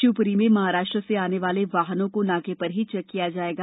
शिवपुरी में महाराष्ट्र से आने वाले वाहनों को नाके पर ही चैक किया जाएगा